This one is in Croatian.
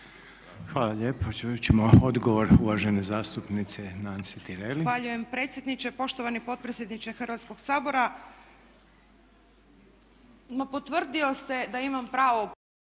Hvala lijepa. Čut ćemo odgovor uvažene zastupnice Nansi Tireli.